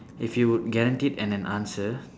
if you would guaranteed an an answer